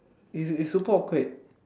it it's super awkward